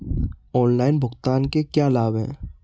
Online भुगतान के क्या लाभ हैं?